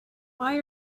why